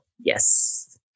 Yes